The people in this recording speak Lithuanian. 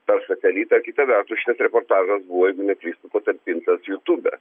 per satelitą kita vertus šitas reportažas buvo jeigu neklystu patalpintas youtube